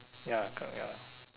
ya correct ya